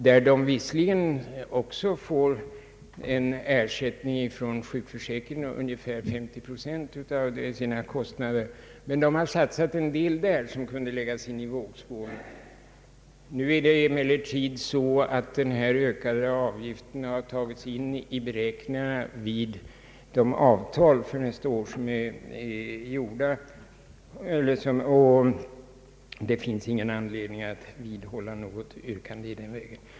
De får visserligen för detta ersättning från den allmänna försäkringen — ungefär 50 procent av kostnaderna — men de har satsat en hel del som kunde läggas i vågskålen när det gäller bedömningen av hur finansieringen av reformen skall ske. Denna ökade avgift har tagits med i beräkningarna vid de avtal som gjorts för nästa år, och det finns därför ingen anledning att vidhålla något yrkande på denna punkt.